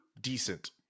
decent